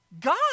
God